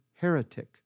heretic